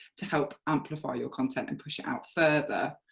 to help amplify your content, and push it out further,